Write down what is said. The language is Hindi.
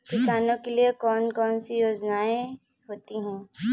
किसानों के लिए कौन कौन सी योजनायें होती हैं?